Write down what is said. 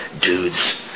dudes